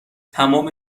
تمام